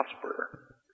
prosper